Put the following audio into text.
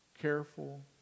careful